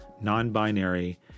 Non-Binary